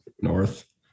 North